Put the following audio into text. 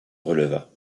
releva